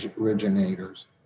originators